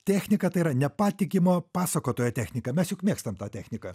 techniką tai yra nepatikimo pasakotojo technika mes juk mėgstam tą techniką